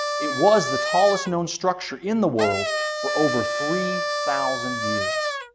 it was the tallest known structure in the world for over three thousand years.